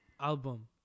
Album